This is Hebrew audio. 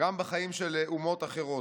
גם בחיים של אומות אחרות.